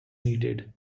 needed